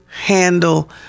handle